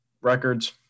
records